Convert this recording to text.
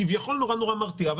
כביכול מרתיע מאוד,